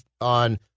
on